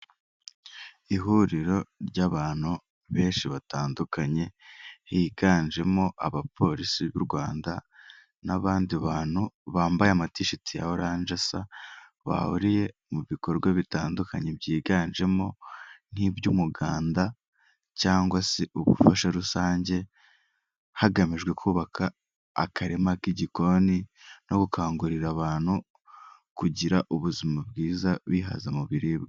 Ihuriro ry'abantu benshi batandukanye, higanjemo abapolisi b'u Rwanda n'abandi bantu bambaye ama t-shirt ya orange asa, bahuriye mu bikorwa bitandukanye byiganjemo nk'iby'umuganda cyangwa se ubufasha rusange, hagamijwe kubaka akarima k'igikoni no gukangurira abantu kugira ubuzima bwiza bihaza mu biribwa.